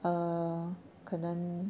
err 可能